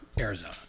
Arizona